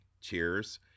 cheers